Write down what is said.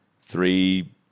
three